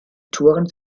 touren